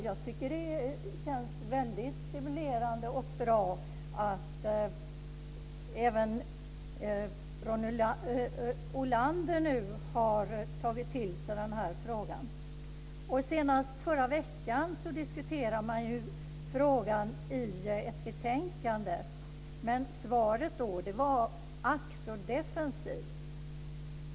Jag tycker att det känns väldigt stimulerande och bra att även Ronny Olander nu har tagit till sig den här frågan. Senast förra veckan diskuterade man frågan i ett betänkande. Men svaret då var ack så defensivt.